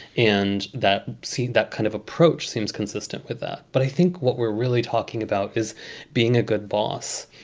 and that scene, that kind of approach seems consistent with that. but i think what we're really talking about is being a good boss.